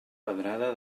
pedrada